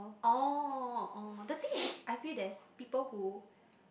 oh oh the thing is I feel there's people who